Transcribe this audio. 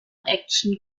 action